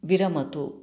विरमतु